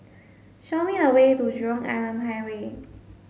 show me the way to Jurong Island Highway